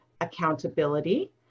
accountability